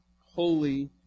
holy